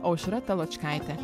aušra taločkaite